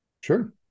Sure